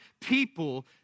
people